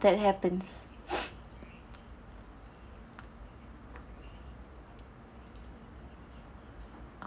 that happens